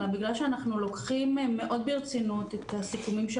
אלא בגלל שאנחנו לוקחים מאוד ברצינות את הסיכומים של